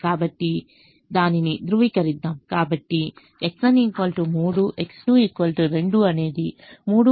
కాబట్టి దానిని ధృవీకరించండి ధ్రువీకరిద్దాము